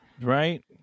Right